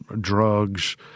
drugs